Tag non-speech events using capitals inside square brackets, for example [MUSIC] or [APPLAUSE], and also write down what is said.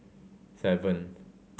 seven [NOISE]